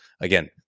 Again